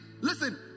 listen